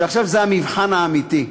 שעכשיו זה המבחן האמיתי.